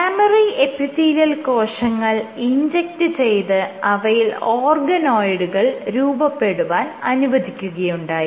mammary epithelial കോശങ്ങൾ inject ചെയ്ത് അവയിൽ ഓർഗനോയിഡുകൾ രൂപപ്പെടുവാൻ അനുവദിക്കുകയുണ്ടായി